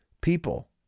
people